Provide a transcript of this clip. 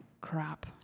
crap